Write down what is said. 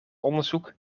onderzoek